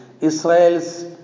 Israel's